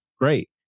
great